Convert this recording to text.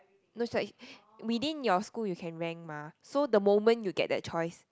no it's like within your school you can rank mah so the moment you get that choice